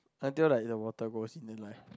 until like the water goes in then like